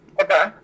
Okay